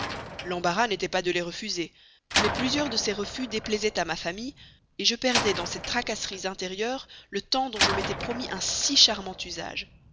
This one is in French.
l'embarras n'était pas de les refuser mais plusieurs de ces refus déplaisaient à ma famille je passais dans ces tracasseries intérieures le temps dont je m'étais promis un si charmant usage